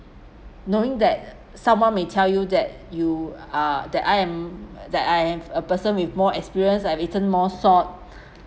knowing that someone may tell you that you are that I am that I am a person with more experience I have eaten more salt